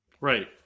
Right